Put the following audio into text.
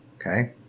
Okay